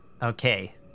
Okay